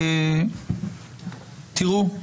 תראו,